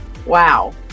Wow